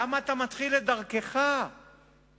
למה אתה מתחיל את דרכך במחלוקת,